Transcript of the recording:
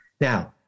Now